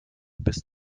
bist